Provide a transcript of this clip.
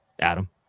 Adam